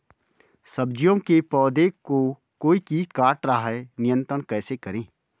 सब्जियों के पौधें को कोई कीट काट रहा है नियंत्रण कैसे करें?